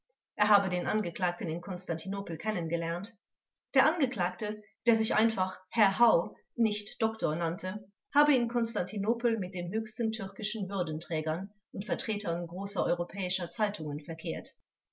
er habe den angeklagten in konstantinopel kennengelernt der angeklagte der sich einfach herr hau nicht doktor nannte habe in konstantinopel mit den höchsten türkischen würdenträgern und vertretern großer europäischer zeitungen verkehrt